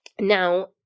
Now